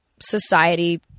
society